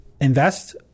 invest